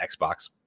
xbox